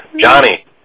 Johnny